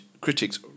critics